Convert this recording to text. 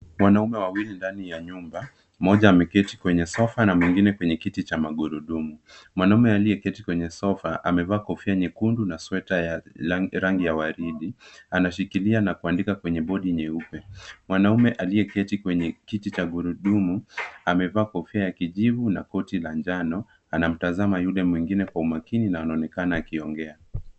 Wanaume wawili ndani ya nyumba moja ameketi kwenye sofa na mwingine kwenye kiti cha magurudumu, mwanaume aliye keti kwenye sofa amevaa kofia nyekundu na sweater ya rangi ya waridi anashikilia na kuandika kwenye board nyeupe. Mwanaume aliyeketi kwenye kiti cha gurudumu amevaa kofia ya kijivu na koti la njano anamtazama yule mwingine kwa umakini na anaonekana akiongea.